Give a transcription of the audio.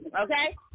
Okay